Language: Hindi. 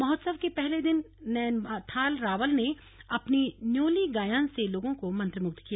महोत्सव के पहले दिन नैननाथ रावल ने अपनी न्योली गायन से लोगों को मंत्रमुग्ध किया